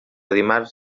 dimarts